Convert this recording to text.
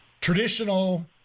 traditional